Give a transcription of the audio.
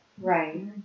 Right